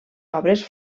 obres